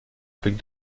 avec